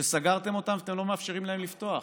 שסגרתם אותם ואתם לא מאפשרים להם לפתוח